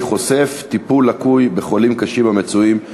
חושף: טיפול לקוי באסירים חולים בבתי-הסוהר,